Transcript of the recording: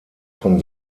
von